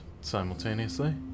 simultaneously